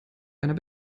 einer